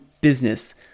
business